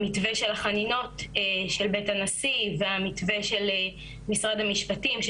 המתווה של החנינות של בית הנשיא והמתווה של משרד המשפטים,